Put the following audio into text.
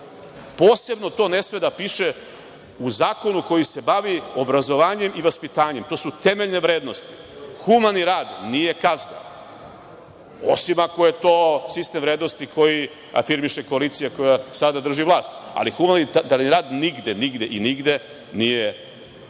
Posebno to ne sme da piše u zakonu koji se bavi obrazovanjem i vaspitanjem. To su temeljne vrednosti. Humani rad nije kazna, osim ako je to sistem vrednosti koji afirmiše koalicija koja sada drži vlast. Ali, humanitarni rad nigde, nigde i nigde nije kazna. Mi